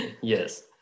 Yes